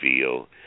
feel